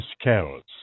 carols